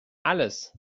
alles